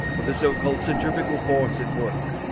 of the so-called centrifugal force at work.